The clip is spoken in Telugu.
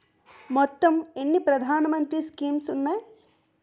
మొత్తం ఎన్ని ప్రధాన మంత్రి స్కీమ్స్ ఉన్నాయి?